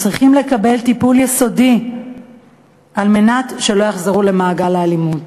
הם צריכים לקבל טיפול יסודי על מנת שלא יחזרו למעגל האלימות.